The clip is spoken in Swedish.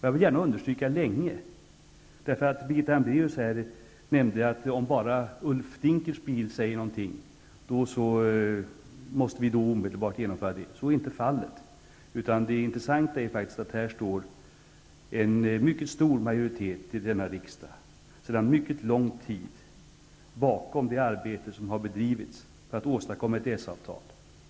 Jag vill gärna understryka ordet länge, därför att Birgitta Hambraeus nämnde att om Ulf Dinkelspiel bara säger någonting, måste vi omedelbart genomföra det. Så är inte fallet. Det intressanta är att det sedan mycket lång tid finns en mycket stor majoritet i denna riksdag bakom det arbete som har bedrivits för att åstadkomma ett EES-avtal.